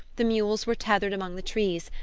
the mules were tethered among the trees,